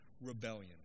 rebellion